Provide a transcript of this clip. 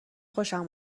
خوشم